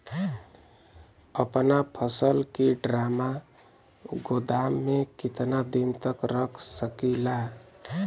अपना फसल की ड्रामा गोदाम में कितना दिन तक रख सकीला?